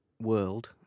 world